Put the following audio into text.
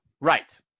Right